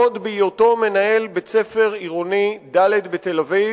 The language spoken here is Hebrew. עוד בהיותו מנהל בית-ספר עירוני ד' בתל-אביב